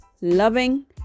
loving